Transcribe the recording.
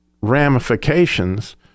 ramifications